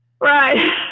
Right